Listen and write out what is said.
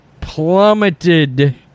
plummeted